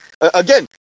again